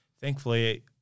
thankfully